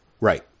right